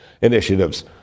initiatives